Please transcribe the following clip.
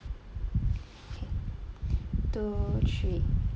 two three